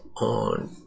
on